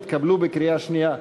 התקבלו בקריאה שנייה,